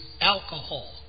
alcohol